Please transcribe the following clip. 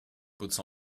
puts